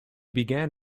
began